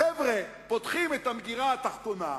החבר'ה פותחים את המגירה התחתונה,